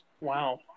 Wow